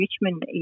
Richmond